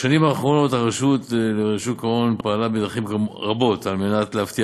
בשנים האחרונות הרשות לשוק ההון פעלה בדרכים רבות להבטיח